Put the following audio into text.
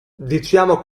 diciamo